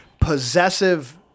possessive